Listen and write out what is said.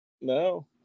No